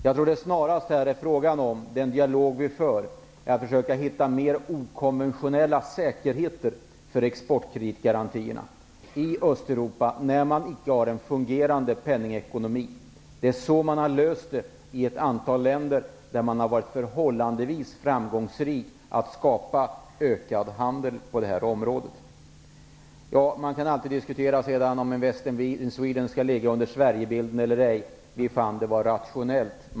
Jag tror att det snarast är fråga om, i den dialog som vi för, att försöka hitta mer okonventionella säkerheter för exportkreditgarantierna i Östeuropa, när man icke har en fungerande penningekonomi. Det är så man har löst det i ett antal länder, där man har varit förhållandevis framgångsrik i fråga om att skapa ökad handel på det här området. Det kan alltid diskuteras om Invest in Sweden skall ligga under Sverigebilden. Vi fann att det var rationellt.